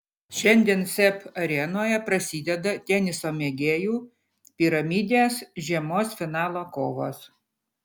šiandien seb arenoje prasideda teniso mėgėjų piramidės žiemos finalo kovos